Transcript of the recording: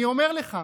אני אומר לך.